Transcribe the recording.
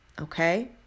okay